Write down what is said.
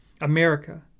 America